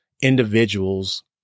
individuals